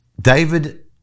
David